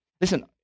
Listen